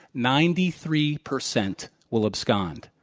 ninety three percent will abscond.